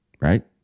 right